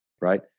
right